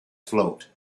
float